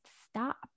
stop